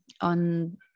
on